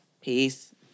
Peace